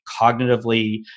cognitively